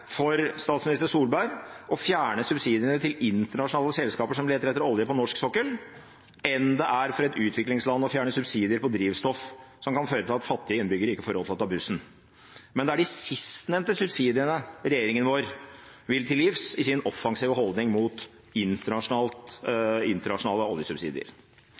for statsminister Solberg å fjerne subsidiene til internasjonale selskaper som leter etter olje på norsk sokkel, enn det er for et utviklingsland å fjerne subsidier på drivstoff, som kan føre til at fattige innbyggere ikke får råd til å ta bussen. Men det er de sistnevnte subsidiene regjeringen vår vil til livs i sin offensive holdning mot internasjonale oljesubsidier.